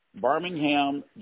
Birmingham